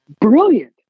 brilliant